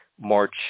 March